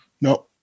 no